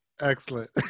excellent